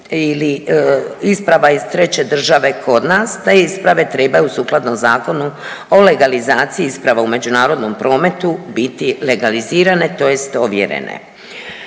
ili isprava iz treće države kod nas te isprave trebaju sukladno Zakonu o legalizaciji isprava u međunarodnom prometu biti legalizirane tj. ovjerene.